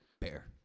Bear